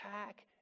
attack